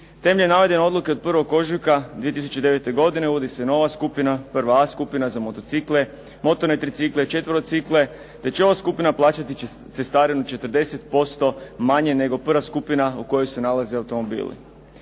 Temeljem navedene odluke od 1. ožujka 2009. godine uvodi se nova skupina, prva A skupina za motocikle, motorne tricikle, četverocikle, te će ova skupina plaćati cestarinu 40% manje nego prva skupina u kojoj se nalaze automobili.